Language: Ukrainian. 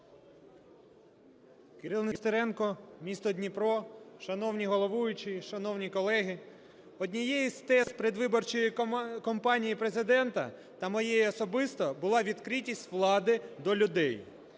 Кирило Нестеренко, місто Дніпро. Шановний головуючий, шановні колеги, однією з тез передвиборчої кампанії Президента та моєї особисто була відкритість влади до людей.